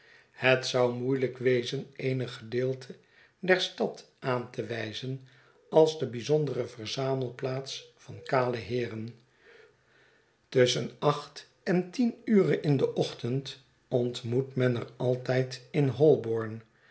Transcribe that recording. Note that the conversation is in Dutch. het zou moeielijk wezen eenig gedeelte der stad aan te wijzen als de bijzondere verzamelplaats van kale heeren tusschen acht en tien ure in den ochtend ontmoet men er altijd in holborn